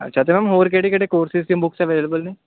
ਹੋਰ ਕਿਹੜੇ ਕਿਹੜੇ ਕੋਰਸਿਸ ਦੀ ਬੁੱਕਸ ਅਵੇਲੇਬਲ ਨੇ